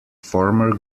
former